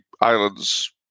islands